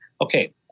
Okay